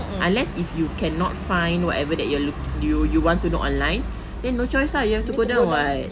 unless if you cannot find whatever that you're looki~ you you want to know online then no choice ah you need to go down what